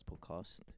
podcast